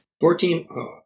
Fourteen